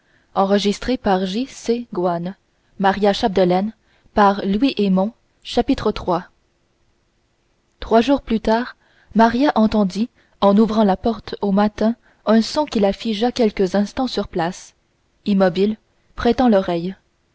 chapitre iii trois jours plus tard maria entendit en ouvrant la porte au matin un son qui la figea quelques instants sur place immobile prêtant l'oreille